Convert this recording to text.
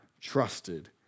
trusted